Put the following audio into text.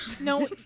No